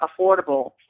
affordable